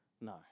No